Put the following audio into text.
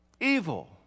evil